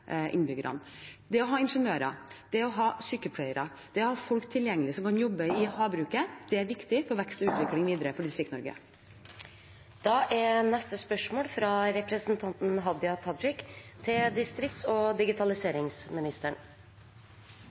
innbyggerne. Det å ha ingeniører, det å ha sykepleiere, det å ha folk tilgjengelig som kan jobbe i havbruket, er viktig for vekst og utvikling videre i Distrikts-Norge. «Kva har statsråden tenkt å gjera for å sikre arbeidsplassar, kompetanse og